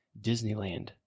Disneyland